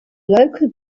local